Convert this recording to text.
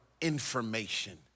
information